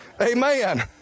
amen